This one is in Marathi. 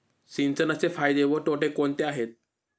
सिंचनाचे फायदे व तोटे कोणते आहेत?